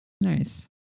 Nice